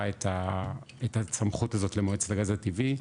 את הסמכות הזאת למועצת הגז הטבעי,